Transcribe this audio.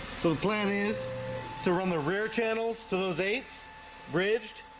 so the plan is to run the rear channels to those eights bridged